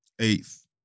eighth